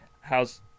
how's